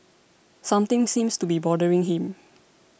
something seems to be bothering him